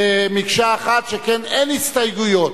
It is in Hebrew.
מקשה אחת, שכן אין הסתייגויות.